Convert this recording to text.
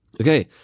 Okay